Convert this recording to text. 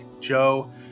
Joe